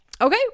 okay